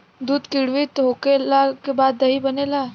दूध किण्वित होखला के बाद दही बनेला